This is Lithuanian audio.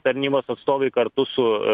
tarnybos atstovai kartu su